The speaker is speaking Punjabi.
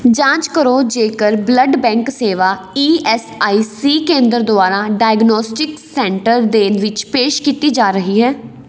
ਜਾਂਚ ਕਰੋ ਜੇਕਰ ਬਲੱਡ ਬੈਂਕ ਸੇਵਾ ਈ ਐਸ ਆਈ ਸੀ ਕੇਂਦਰ ਦੁਆਰਾ ਡਾਇਗਨੌਸਟਿਕਸ ਸੈਂਟਰ ਦੇ ਵਿੱਚ ਪੇਸ਼ ਕੀਤੀ ਜਾ ਰਹੀ ਹੈ